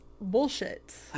bullshit